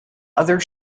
other